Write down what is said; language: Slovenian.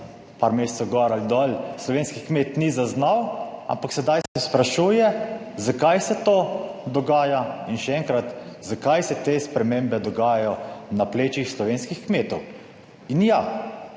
par mesecev gor ali dol, slovenski kmet ni zaznal, ampak sedaj se sprašuje, zakaj se to dogaja in, še enkrat, zakaj se te spremembe dogajajo na plečih slovenskih kmetov. In ja,